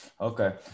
Okay